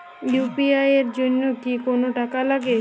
UPI এর জন্য কি কোনো টাকা লাগে?